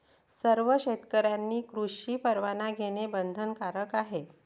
सर्व शेतकऱ्यांनी कृषी परवाना घेणे बंधनकारक आहे